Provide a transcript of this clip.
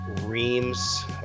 reams